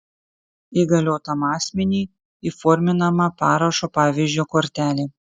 įgaliotam asmeniui įforminama parašo pavyzdžio kortelė